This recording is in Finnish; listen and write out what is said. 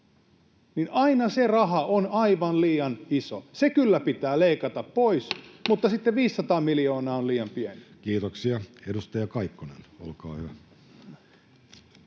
niin aina se raha on aivan liian iso. Se kyllä pitää leikata pois, mutta sitten 500 miljoonaa on liian pieni. Kiitoksia. — Edustaja Kaikkonen, olkaa hyvä.